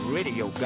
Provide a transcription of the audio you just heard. Radio